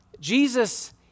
Jesus